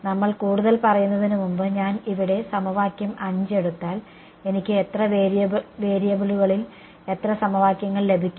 നമ്മൾ കൂടുതൽ പറയുന്നതിന് മുമ്പ് ഞാൻ ഇവിടെ സമവാക്യം 5 എടുത്താൽ എനിക്ക് എത്ര വേരിയബിളുകളിൽ എത്ര സമവാക്യങ്ങൾ ലഭിക്കും